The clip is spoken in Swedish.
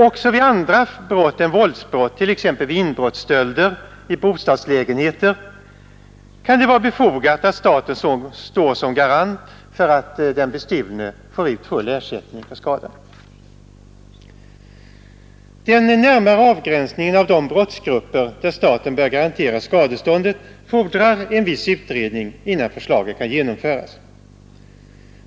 Också vid andra brott än våldsbrott, t.ex. vid inbrottsstöld i bostadslägenhet, kan det vara befogat att staten står som garant för att den bestulne får ut full ersättning för skadan. Den närmare avgränsningen av de brottsgrupper där staten bör garantera skadestånd fordrar en viss utredning innan förslaget kan genomföras.